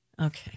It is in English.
Okay